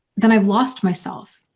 then i've lost myself.